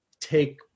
take